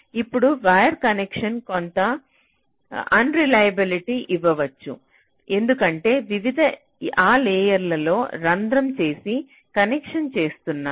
ఇప్పుడు wire connection కొంత unreliability ఇవ్వచ్చు ఎందుకంటే వివిధ అ లేయర్ల లో రంధ్రం చేసి కనెక్షన్ చేస్తున్నారు